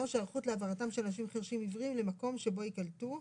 היערכות להעברתם של אנשים חירשים-עיוורים למקום שבו ייקלטו,